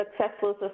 successful